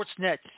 Sportsnet